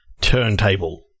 turntable